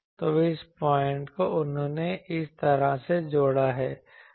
तो इस पॉइंट को उन्होंने इस तरह से जोड़ा है